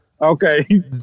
Okay